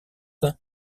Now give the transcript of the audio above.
est